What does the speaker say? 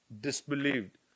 disbelieved